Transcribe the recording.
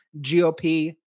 GOP